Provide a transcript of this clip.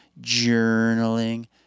journaling